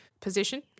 Position